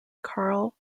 carl